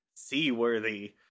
seaworthy